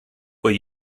will